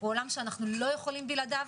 הוא עולם שאנחנו לא יכולים בלעדיו.